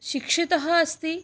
शिक्षितः अस्ति